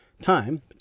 time